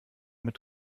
mit